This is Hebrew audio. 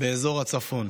באזור הצפון".